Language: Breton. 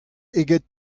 eget